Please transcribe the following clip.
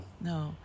no